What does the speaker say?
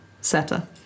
setter